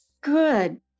Good